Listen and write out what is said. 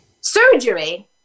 surgery